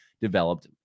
developed